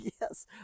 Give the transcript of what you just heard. Yes